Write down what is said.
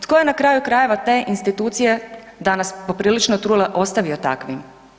Tko je na kraju krajeva te institucije danas poprilično trule, ostavio takvim?